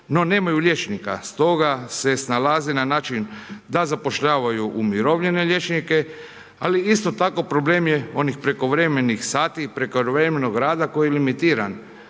no nemaju liječnika. Stoga se snalaze na način da zapošljavaju umirovljene liječnike, ali isto tako problem je onih prekovremenih sati, prekovremenog rada koji je limitiran